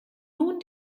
nun